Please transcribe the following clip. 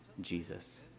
Jesus